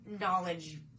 knowledge